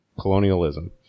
colonialism